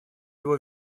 его